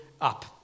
up